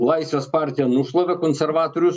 laisvės partiją nušlavė konservatorius